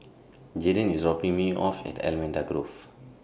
Jaeden IS dropping Me off At Allamanda Grove